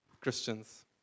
Christians